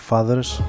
Fathers